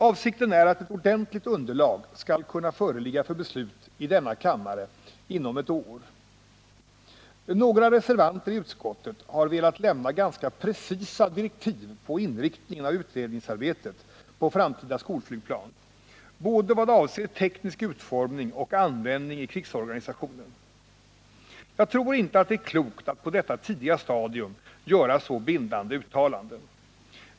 Avsikten är att ett ordentligt underlag skall kunna föreligga för beslut i denna kammare inom ett år. Några reservanter i utskottet har velat lämna ganska precisa direktiv på inriktningen av utredningsarbetet på framtida skolflygplan, både i vad avser teknisk utformning och användning i krigsorganisationen. Jag tror inte att det är klokt att på detta tidiga stadium göra så bindande uttalanden.